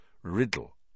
Riddle